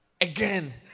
again